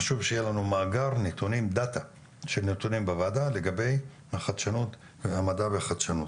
חשוב שיהיה לנו מאגר נתונים דאטה של נתוני הוועדה לגבי המדע והחדשנות